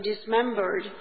dismembered